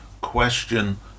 question